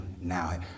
now